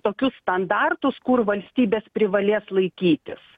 tokius standartus kur valstybės privalės laikytis